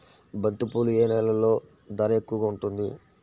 బంతిపూలు ఏ నెలలో ధర ఎక్కువగా ఉంటుంది?